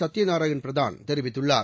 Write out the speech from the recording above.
சத்யநாராயன் பிரதான் தெரிவித்துள்ளார்